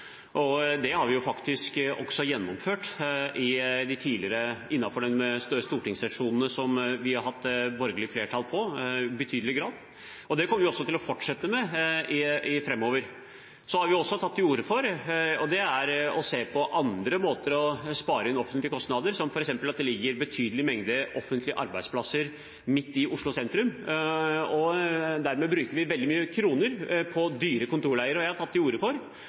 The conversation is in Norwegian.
og det har vi i betydelig grad faktisk gjennomført innenfor de stortingssesjonene vi har hatt borgerlig flertall i. Det kommer vi også til å fortsette med framover. Så har vi også tatt til orde for å se på andre måter å spare inn offentlige kostnader på. For eksempel ligger det en betydelig mengde offentlige arbeidsplasser midt i Oslo sentrum, og dermed bruker vi veldig mange kroner på dyre kontorleier. Jeg har tatt til orde for